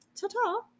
Ta-ta